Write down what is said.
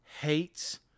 hates